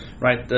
Right